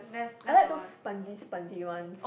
I like those spongy spongy ones